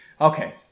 Okay